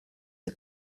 the